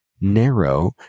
narrow